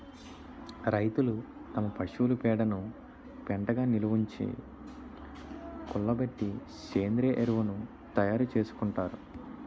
రైతులు తమ పశువుల పేడను పెంటగా నిలవుంచి, కుళ్ళబెట్టి సేంద్రీయ ఎరువును తయారు చేసుకుంటారు